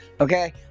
okay